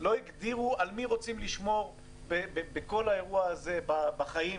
לא הגדירו על מי רוצים לשמור בכל האירוע הזה בחיים,